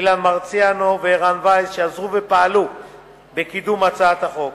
אילן מרסיאנו וערן וייס שעזרו ופעלו בקידום הצעת החוק.